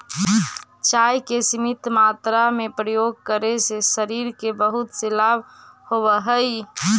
चाय के सीमित मात्रा में प्रयोग करे से शरीर के बहुत से लाभ होवऽ हइ